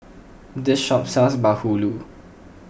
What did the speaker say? this shop sells Bahulu